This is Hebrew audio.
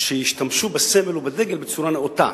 שישתמשו בסמל ובדגל בצורה נאותה.